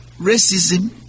racism